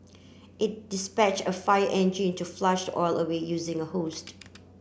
it dispatched a fire engine to flush the oil away using a hose